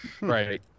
Right